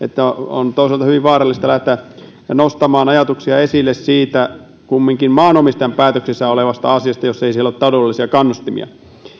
on toisaalta hyvin vaarallista lähteä nostamaan esille ajatuksia siitä kumminkin maanomistajan päätöksissä olevasta asiasta jos ei siellä ole taloudellisia kannustimia